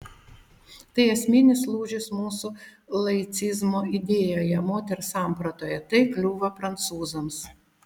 tai esminis lūžis mūsų laicizmo idėjoje moters sampratoje tai kliūva prancūzams